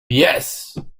pies